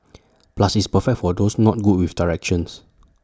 plus it's perfect for those not good with directions